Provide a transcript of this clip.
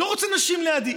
לא רוצה נשים לידי.